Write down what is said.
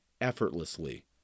effortlessly